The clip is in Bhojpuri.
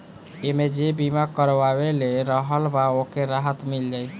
एमे जे बीमा करवले रहल बा ओके राहत मिल जाई